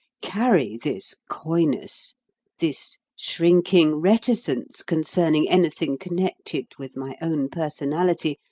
carry this coyness this shrinking reticence concerning anything connected with my own personality,